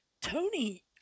Tony